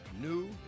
new